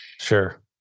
sure